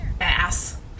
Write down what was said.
ass